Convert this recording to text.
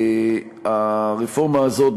הרפורמה הזאת,